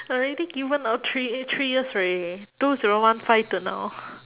already given a three ye~ three years already two zero one five to now